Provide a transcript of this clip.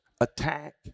attack